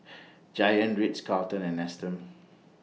Giant Ritz Carlton and Nestum